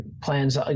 plans